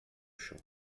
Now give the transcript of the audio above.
chão